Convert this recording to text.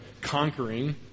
conquering